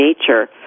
nature